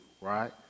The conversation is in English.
Right